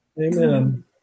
Amen